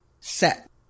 set